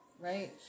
Right